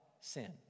sin